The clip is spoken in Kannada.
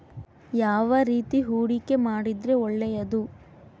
ಯಾವ ರೇತಿ ಹೂಡಿಕೆ ಮಾಡಿದ್ರೆ ಒಳ್ಳೆಯದು?